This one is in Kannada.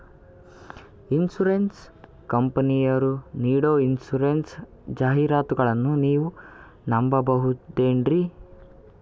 ಇನ್ಸೂರೆನ್ಸ್ ಕಂಪನಿಯರು ನೀಡೋ ಇನ್ಸೂರೆನ್ಸ್ ಜಾಹಿರಾತುಗಳನ್ನು ನಾವು ನಂಬಹುದೇನ್ರಿ?